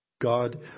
God